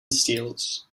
steels